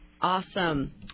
Awesome